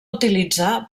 utilitzar